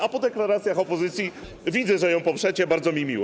A po deklaracjach opozycji widzę, że ją poprzecie, bardzo mi miło.